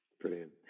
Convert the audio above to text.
Brilliant